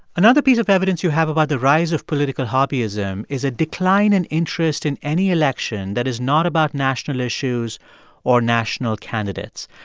another piece of evidence you have about the rise of political hobbyism is a decline in interest in any election that is not about national issues or national candidates.